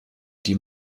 die